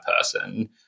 person